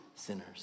sinners